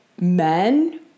men